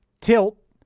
Tilt